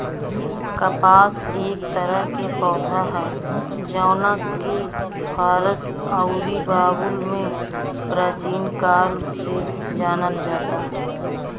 कपास एक तरह के पौधा ह जवना के फारस अउरी बाबुल में प्राचीन काल से जानल जाता